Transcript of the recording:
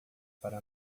para